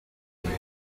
bintu